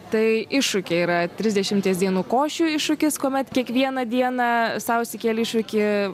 tai iššūkiai yra trisdešimties dienų košių iššūkis kuomet kiekvieną dieną sau išsikėli iššūkį